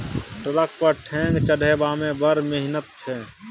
truck पर ढेंग चढ़ेबामे बड़ मिहनत छै